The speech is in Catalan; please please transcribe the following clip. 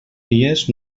dies